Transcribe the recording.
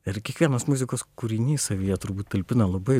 ir kiekvienas muzikos kūrinys savyje turbūt talpina labai